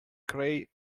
cray